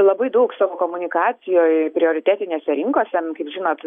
labai daug savo komunikacijoj prioritetinėse rinkose nu kaip žinot